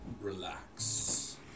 relax